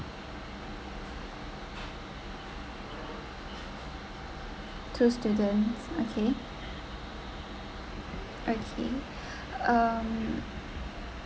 two students okay okay um